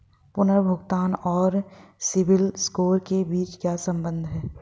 पुनर्भुगतान और सिबिल स्कोर के बीच क्या संबंध है?